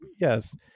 Yes